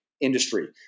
industry